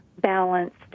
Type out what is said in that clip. balanced